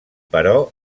però